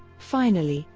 finally,